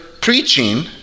preaching